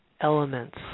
elements